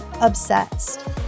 obsessed